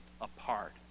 apart